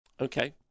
okay